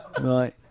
right